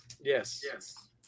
Yes